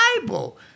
Bible